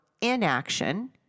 inaction